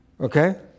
Okay